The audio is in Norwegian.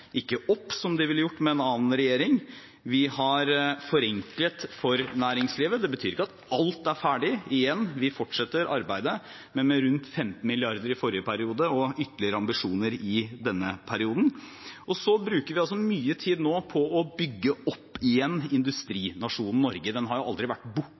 ikke opp, som de ville gjort med en annen regjering. Vi har forenklet for næringslivet. Det betyr ikke at alt er ferdig. Igjen: Vi fortsetter arbeidet, men med rundt 15 mrd. kr i forrige periode og ytterligere ambisjoner i denne perioden. Vi bruker mye tid nå på å bygge opp igjen industrinasjonen Norge. Den har selvfølgelig aldri vært